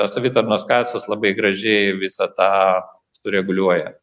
savitarnos kasos labai gražiai visą tą sureguliuoja